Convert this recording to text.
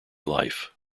life